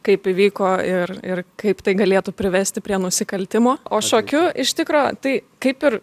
kaip įvyko ir ir kaip tai galėtų privesti prie nusikaltimo o šokiu iš tikro tai kaip ir